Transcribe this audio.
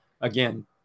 Again